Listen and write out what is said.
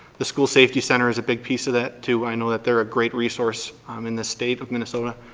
the school safety center is a big piece of that too. i know that they're a great resource um in the state of minnesota.